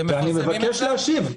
ואני מבקש להשיב להם.